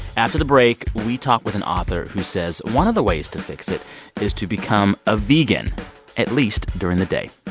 after the break, we talk with an author who says one of the ways to fix it is to become a vegan at least, during the day.